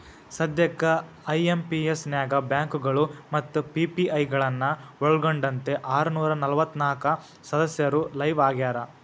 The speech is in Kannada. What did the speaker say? ಸದ್ಯಕ್ಕ ಐ.ಎಂ.ಪಿ.ಎಸ್ ನ್ಯಾಗ ಬ್ಯಾಂಕಗಳು ಮತ್ತ ಪಿ.ಪಿ.ಐ ಗಳನ್ನ ಒಳ್ಗೊಂಡಂತೆ ಆರನೂರ ನಲವತ್ನಾಕ ಸದಸ್ಯರು ಲೈವ್ ಆಗ್ಯಾರ